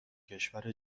کشور